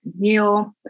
heal